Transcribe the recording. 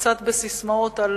קצת בססמאות, על